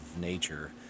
nature